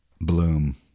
bloom